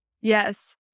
yes